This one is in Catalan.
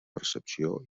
percepció